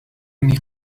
أني